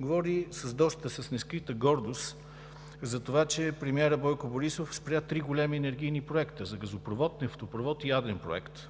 говори с доста нескрита гордост, че премиерът Бойко Борисов спря три големи енергийни проекта – за газопровод, за нефтопровод и ядрен проект.